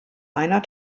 einer